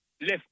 left